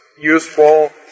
useful